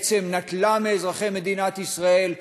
בעצם נטלו מאזרחי מדינת ישראל,